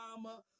mama